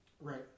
Right